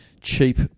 cheap